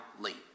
late